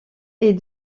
est